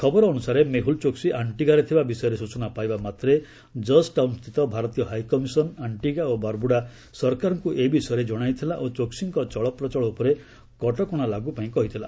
ଖବର ଅନୁସାରେ ମେହୁଲ୍ ଚୋକ୍ସି ଆଣ୍ଟିଗାରେ ଥିବା ବିଷୟରେ ସୂଚନା ପାଇବାମାତ୍ରେ ଜର୍ଜ ଟାଉନ୍ସ୍ଥିତ ଭାରତୀୟ ହାଇକମିଶନ୍ ଆୟିଗା ଓ ବାରବୁଡ଼ା ସରକାରଙ୍କୁ ଏ ବିଷୟରେ ଜଣାଇଥିଲା ଓ ଚୋକ୍ସିଙ୍କ ଚଳପ୍ରଚଳ ଉପରେ କଟକଣା ଲାଗୁପାଇଁ କହିଥିଲା